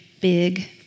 big